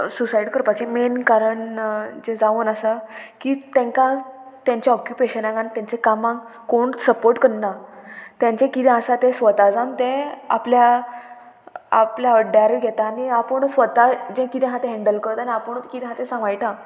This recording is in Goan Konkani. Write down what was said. सुसायड करपाचें मेन कारण जें जावन आसा की तांकां तेंच्या ऑक्युपेशनाक आनी तेंच्या कामांक कोण सपोर्ट करना तेंचें किदें आसा तें स्वता जावन तें आपल्या आपल्या हड्ड्यारूय घेता आनी आपूण स्वता जें किदें आहा तें हँडल करता आनी आपूणूत कितें आहा तें सांबाळटा